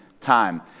time